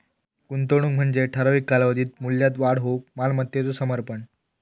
गुंतवणूक म्हणजे ठराविक कालावधीत मूल्यात वाढ होऊक मालमत्तेचो समर्पण